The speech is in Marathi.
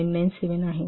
0997 आहे